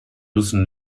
müssen